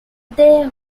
their